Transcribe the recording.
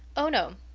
oh, no,